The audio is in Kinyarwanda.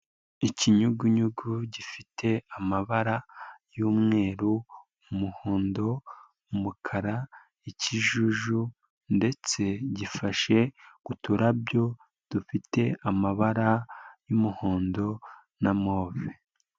Ikinyugunyugu gifite amabara y'umweru, umuhondo, umukara, ikijuju ndetse gifashe uturabyo, dufite amabara y'umuhondo na move.